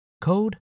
code